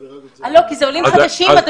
אלה עולים חדשים.